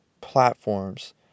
platforms